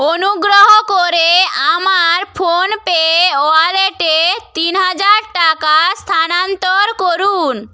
অনুগ্রহ করে আমার ফোনপে ওয়ালেটে তিন হাজার টাকা স্থানান্তর করুন